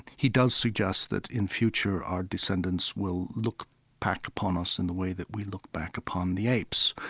he does suggest that in future, our descendants will look back upon us in the way that we look back upon the apes.